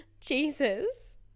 Jesus